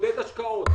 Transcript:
שמעודד השקעות.